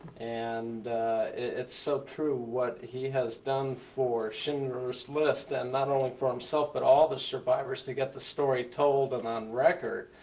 and it's so true what he has done for schindler's list. and not only for himself, but all the survivors, to get the story told and on record.